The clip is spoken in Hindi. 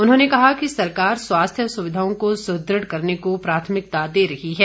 उन्होंने कहा कि सरकार स्वास्थ्य सुविधाओं को सुदृढ़ करने को प्राथमिकता दे रही है